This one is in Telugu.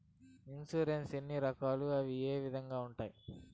ఇన్సూరెన్సు ఎన్ని రకాలు అవి ఏ విధంగా ఉండాయి